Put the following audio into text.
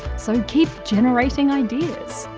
so keep generating ideas.